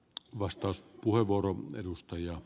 arvoisa puhemies